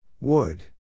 Wood